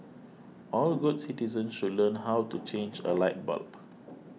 all good citizens should learn how to change a light bulb